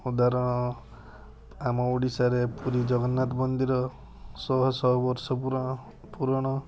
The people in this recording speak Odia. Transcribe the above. ଓ ତାର ଆମ ଓଡ଼ିଶାରେ ପୁରୀ ଜଗନ୍ନାଥ ମନ୍ଦିର ଶହ ଶହ ବର୍ଷ ପୁରଣ ପୁରଣ